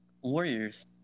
Warriors